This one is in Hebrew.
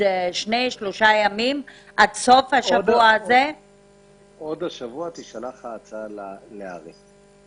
--- עוד השבוע תישלח ההצעה להר"י.